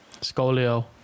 Scolio